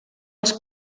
els